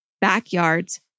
backyards